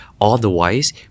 Otherwise